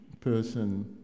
person